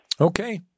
Okay